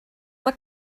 mae